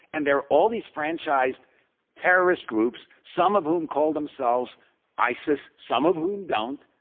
and there are all these franchise terrorist groups some of whom call themselves isis, some of whom don't,